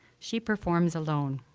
she performs alone,